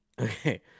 Okay